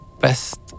best